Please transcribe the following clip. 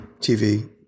TV